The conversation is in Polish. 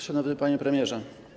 Szanowny Panie Premierze!